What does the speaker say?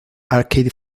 arcade